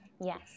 Yes